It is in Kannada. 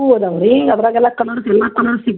ಹಾಂ ಕಡಿಮೆ ಮಾಡೋಣ ಮೂವತ್ತೈದು ರೂಪಾಯಿ ಮಾಡೋಣಂತ